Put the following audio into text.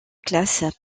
classe